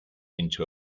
into